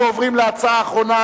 אנחנו עוברים להצעה האחרונה,